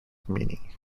meaning